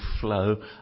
flow